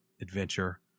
adventure